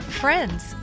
Friends